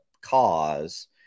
cause